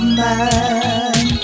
man